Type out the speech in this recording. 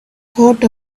thought